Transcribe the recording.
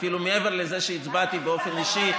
אפילו מעבר לזה שהצבעתי באופן אישי,